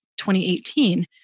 2018